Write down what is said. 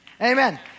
Amen